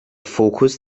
fokus